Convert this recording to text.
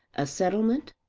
a settlement,